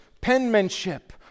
penmanship